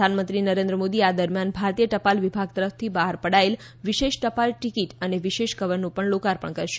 પ્રધાનમંત્રી નરેન્દ્ર મોદી આ દરમિયાન ભારતીય ટપાલ વિભાગ તરફથી બહાર પડાયેલ વિશેષ ટપાલ ટીકીટ અને વિશેષ કવરનું પણ લોકાર્પણ કરશે